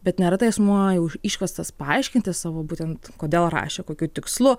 bet neretai asmuo jau iškviestas paaiškinti savo būtent kodėl rašė kokiu tikslu